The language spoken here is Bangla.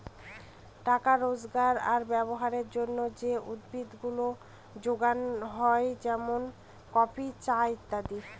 টাকা রোজগার আর ব্যবহারের জন্যে যে উদ্ভিদ গুলা যোগানো হয় যেমন কফি, চা ইত্যাদি